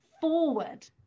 forward